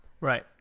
right